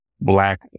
black